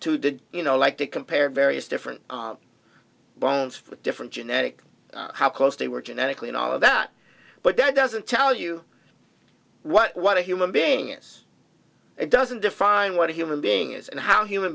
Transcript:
did you know like to compare various different bones for different genetic how close they were genetically and all of that but that doesn't tell you what what a human being is it doesn't define what a human being is and how human